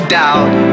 doubt